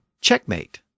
checkmate